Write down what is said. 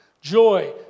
joy